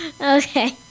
Okay